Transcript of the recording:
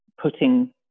putting